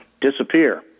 disappear